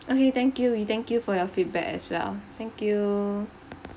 okay thank you we thank you for your feedback as well thank you